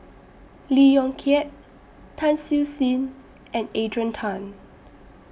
Lee Yong Kiat Tan Siew Sin and Adrian Tan